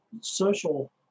social